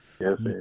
Yes